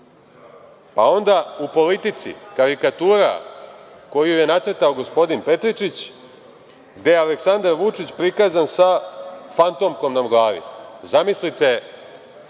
pa onda u „Politici“ karikatura koju je nacrtao gospodin Petričić, gde je Aleksandar Vučić prikazan sa fantomkom na glavi. Zamislite